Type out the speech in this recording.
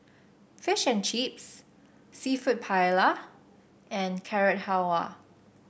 Fish and Chips seafood Paella and Carrot Halwa